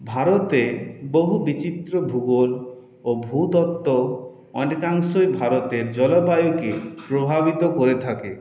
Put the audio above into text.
ভারতে বহু বিচিত্র ভূগোল ও ভূতত্ত্ব অনেকাংশই ভারতের জলবায়ুকে প্রভাবিত করে থাকে